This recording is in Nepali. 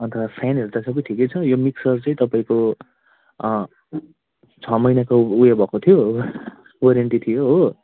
अन्त फेनहरू त सबै ठिकै छ यो मिक्सर चाहिँ तपाईँको छ महिनाको उयो भएको थियो वारन्टी थियो हो